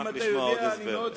אם אתה יודע, אני מאוד שמח.